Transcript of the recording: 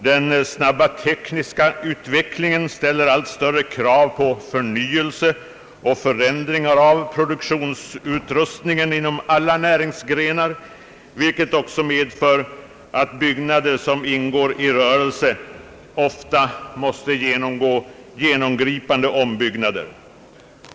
Den snabba tekniska utvecklingen ställer allt större krav på förnyelse och förändringar av produktionsutrustningen inom alla näringsgrenar, vilket också medför att byggnader som ingår i rörelse ofta måste bli föremål för genomgripande ombyggnader.